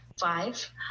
Five